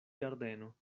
ĝardeno